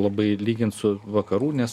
labai lygint su vakarų nes